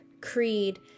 creed